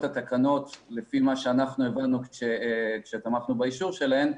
התקנות לפי מה שאנחנו עת תמכנו באישור שלהן,